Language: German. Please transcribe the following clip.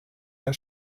der